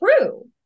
true